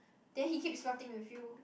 then he keeps flirting with you